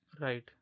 Right